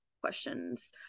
questions